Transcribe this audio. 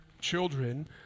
children